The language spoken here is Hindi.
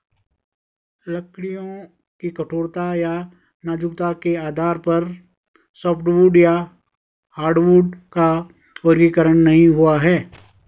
लकड़ियों की कठोरता या नाजुकता के आधार पर सॉफ्टवुड या हार्डवुड का वर्गीकरण नहीं हुआ है